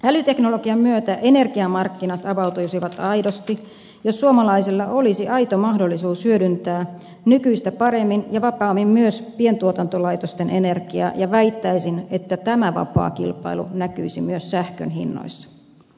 älyteknologian myötä energiamarkkinat avautuisivat aidosti jos suomalaisilla olisi aito mahdollisuus hyödyntää nykyistä paremmin ja vapaammin myös pientuotantolaitosten energiaa ja väittäisin että tämä vapaa kilpailu näkyisi myös sähkön hinnoissa